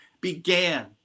began